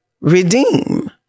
redeem